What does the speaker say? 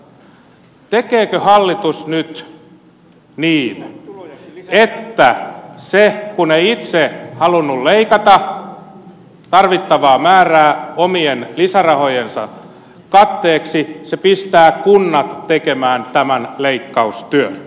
tekeekö hallitus nyt niin että se kun ei itse halunnut leikata tarvittavaa määrää omien lisärahojensa katteeksi se pistää kunnat tekemään tämän leikkaustyön